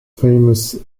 famous